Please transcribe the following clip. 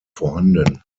vorhanden